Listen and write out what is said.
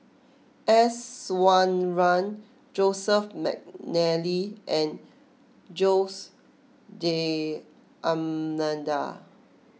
S Iswaran Joseph McNally and Jose D'Almeida